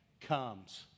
comes